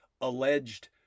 alleged